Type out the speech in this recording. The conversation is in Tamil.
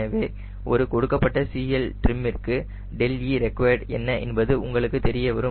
எனவே ஒரு கொடுக்கப்பட்ட CLtrim ற்கு δe reqd என்ன என்பது உங்களுக்கு தெரியவரும்